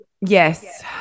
Yes